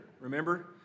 remember